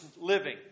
living